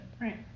Right